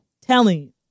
Telling